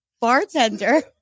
bartender